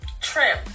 trim